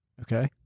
okay